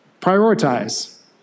prioritize